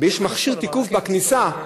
יש מכשיר תיקוף בכניסה.